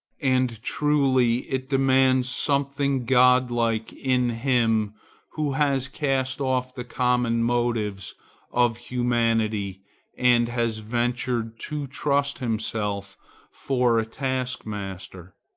and truly it demands something godlike in him who has cast off the common motives of humanity and has ventured to trust himself for a taskmaster.